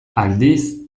aldiz